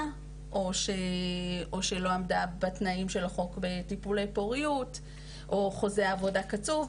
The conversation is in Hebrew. או שהיא לא עמדה בתנאים של החוק לטיפולי פוריות או חוזה עבודה קצוב,